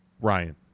Ryan